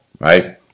Right